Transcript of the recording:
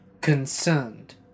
concerned